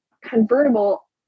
convertible